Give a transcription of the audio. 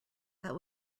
that